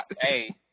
Hey